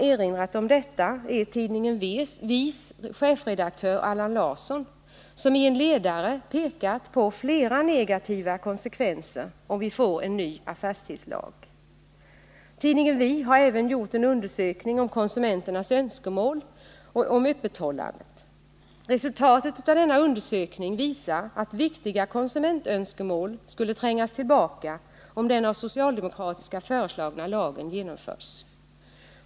En av dem är tidningen Vi:s chefredaktör Allan Larsson, som i en ledare pekat på flera negativa konsekvenser som skulle uppstå om vi fick en ny affärstidslag. Tidningen Vi har även gjort en undersökning om konsumenternas önskemål om öppethållande. Resultatet av denna undersökning visar att viktiga konsumentönskemål skulle trängas tillbaka om den av socialdemokraterna föreslagna lagen genomförs.